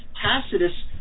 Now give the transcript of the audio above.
Tacitus